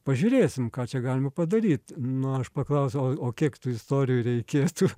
pažiūrėsim ką čia galima padaryt nu aš paklausiau o kiek tų istorijų reikėtų